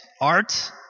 art